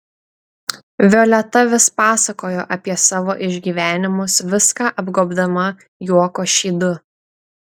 violeta vis pasakojo apie savo išgyvenimus viską apgobdama juoko šydu